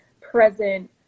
present